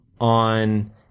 on